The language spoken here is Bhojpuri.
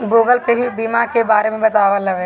गूगल पे भी ई बीमा के बारे में बतावत हवे